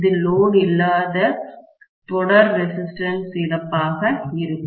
இது லோடு இல்லாத நிலை தொடர் ரெசிஸ்டன்ஸ் இழப்பாக இருக்கும்